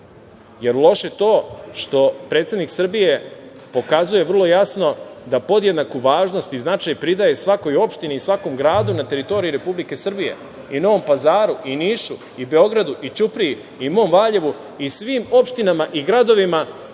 je loše to što predsednik Srbije pokazuje vrlo jasno da podjednaku važnost i značaj pridaje svakoj opštini i svakom gradu na teritoriji Republike Srbije i Novom Pazaru, Nišu, Beogradu, Ćupriji i mom Valjevu i svim opštinama i gradovima